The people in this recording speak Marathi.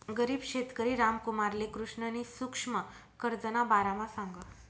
गरीब शेतकरी रामकुमारले कृष्णनी सुक्ष्म कर्जना बारामा सांगं